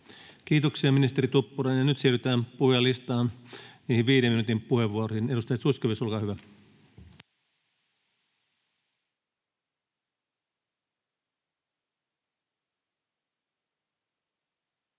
Kiitoksia, ministeri Tuppurainen. Nyt siirrytään puhujalistaan, niihin viiden minuutin puheenvuoroihin. — Edustaja Zyskowicz, olkaa hyvä.